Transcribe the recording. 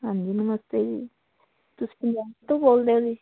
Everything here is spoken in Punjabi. ਹਾਂਜੀ ਨਮਸਤੇ ਜੀ ਤੁਸੀਂ ਪੰਜਾਬ ਤੋਂ ਬੋਲਦੇ ਹੋ ਜੀ